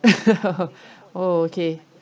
oh okay